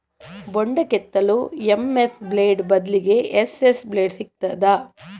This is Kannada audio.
ಬೊಂಡ ಕೆತ್ತಲು ಎಂ.ಎಸ್ ಬ್ಲೇಡ್ ಬದ್ಲಾಗಿ ಎಸ್.ಎಸ್ ಬ್ಲೇಡ್ ಸಿಕ್ತಾದ?